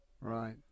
Right